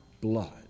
blood